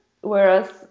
whereas